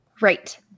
Right